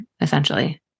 essentially